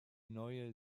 neue